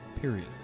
period